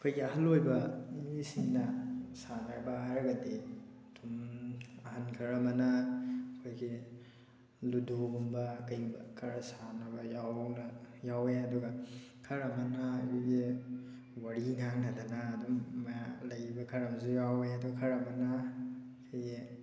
ꯑꯩꯈꯣꯏꯒꯤ ꯑꯍꯜ ꯑꯣꯏꯕ ꯃꯤꯁꯤꯡꯅ ꯁꯥꯟꯅꯕ ꯍꯥꯏꯔꯒꯗꯤ ꯑꯗꯨꯝ ꯑꯍꯟ ꯈꯔ ꯑꯃꯅ ꯑꯩꯈꯣꯏꯒꯤ ꯂꯨꯗꯣꯒꯨꯝꯕ ꯀꯩꯒꯨꯝꯕ ꯈꯔ ꯁꯥꯟꯅꯕ ꯌꯥꯎꯋꯦ ꯑꯗꯨꯒ ꯈꯔ ꯑꯃꯅ ꯑꯩꯈꯣꯏꯒꯤ ꯋꯥꯔꯤ ꯉꯥꯡꯅꯗꯅ ꯑꯗꯨꯝ ꯂꯩꯕ ꯈꯔ ꯑꯝꯁꯨ ꯌꯥꯎꯋꯦ ꯑꯗꯨ ꯈꯔ ꯑꯃꯅ ꯑꯩꯈꯣꯏꯒꯤ